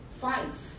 Five